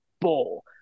bowl